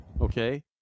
Okay